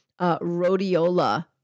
rhodiola